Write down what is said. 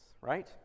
right